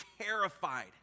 terrified